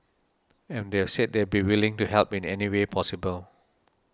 and they've said they'd be willing to help in any way possible